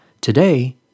Today